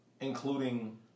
Including